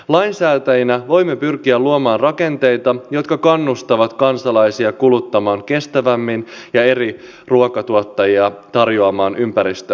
lainsäätäjinä voimme pyrkiä luomaan rakenteita jotka kannustavat kansalaisia kuluttamaan kestävämmin ja eri ruokatuottajia tarjoamaan ympäristöystävällisemmin